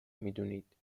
میدونید